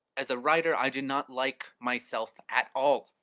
as a writer, i do not like myself at all.